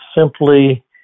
simply